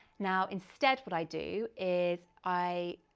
now, instead what i do is i.